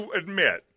admit